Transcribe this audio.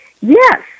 Yes